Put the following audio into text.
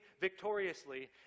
victoriously